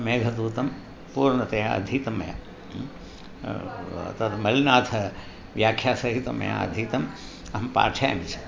मेघदूतं पूर्णतया अधीतं मया तद् मल्लिनाथ व्याख्यासहितं मया अधीतम् अहं पाठयामि च